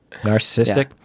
Narcissistic